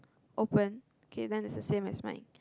open okay then it's the same as mine